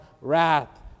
wrath